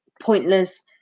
pointless